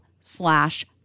slash